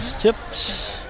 Chips